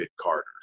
Carter's